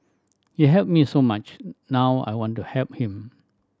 he helped me so much now I want to help him